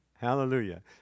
Hallelujah